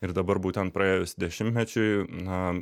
ir dabar būtent praėjus dešimtmečiui na